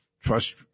trust